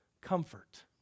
comfort